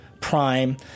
Prime